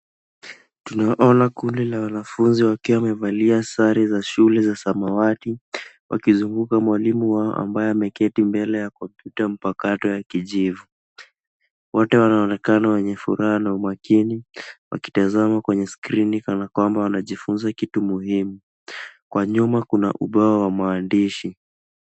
Tunaona kundi la wanafunzi wakiwa wamevalia sare za shule za samawati, wakizunguka mwalimu wao ambaye ameketi mbele ya kompyuta mpakato ya kijivu. Wote wanaonekana wenye furaha na umakini, wakitazama kwenye skrini kana kwamba wanajifunza kitu muhimu. Kwa nyuma, kuna ubao wa maandishi.